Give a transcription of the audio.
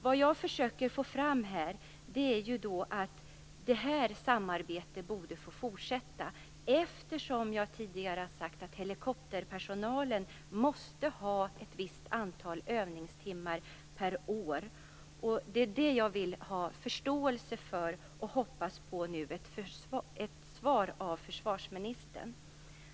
Vad jag försöker få fram är att det här samarbetet borde få fortsätta, eftersom, som jag tidigare har sagt, helikopterpersonalen måste ha ett visst antal övningstimmar per år. Det är det jag vill ha förståelse för, och jag hoppas nu på en kommentar av försvarsministern.